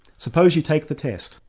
suppose you take the test,